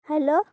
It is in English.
hello